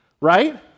right